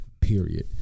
period